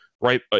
right